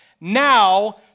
Now